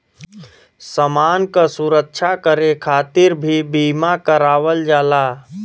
समान क सुरक्षा करे खातिर भी बीमा करावल जाला